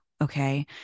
okay